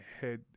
head